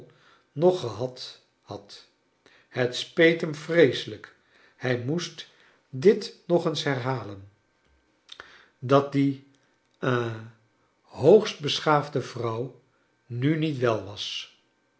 nog gehad had het speet hem vreeselijk hij moest dit nog eens herhalen dat die ha hoogst beschaafde vrouw nu niet wel was